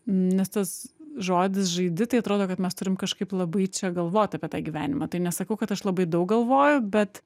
nes tas žodis žaidi tai atrodo kad mes turim kažkaip labai čia galvot apie tą gyvenimą tai nesakau kad aš labai daug galvoju bet